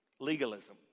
legalism